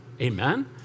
Amen